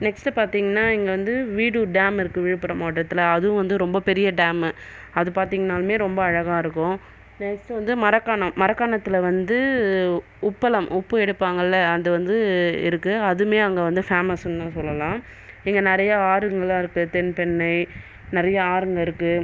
next பார்த்திங்கன்னா இங்கே வந்து வீடுர் டேம் இருக்கு விழுப்புரம் மாவட்டத்தில் அதுவும் வந்து ரொம்ப பெரிய டேம் அது பார்த்திங்கன்னாலுமே ரொம்ப அழகாக இருக்கும் நெக்ஸ்ட் வந்து மரக்காணம் மரக்காணத்தில் வந்து உப்பளம் உப்பு எடுப்பாங்கல அது வந்து இருக்கு அதுவுமே அங்கே வந்து ஃபேமஸ்ன்னு சொல்லலாம் இங்கே நிறைய ஆறுகள்லாம் இருக்கு தென்பண்ணை நிறைய ஆறுங்க இருக்கு